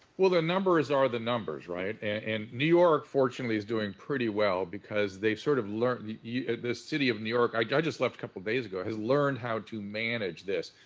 well, the numbers are the numbers, right? and new york fortunately is doing pretty well because they've sort of learned, the yeah city of new york, i just left couple of days ago, has learned how to manage this.